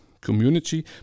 community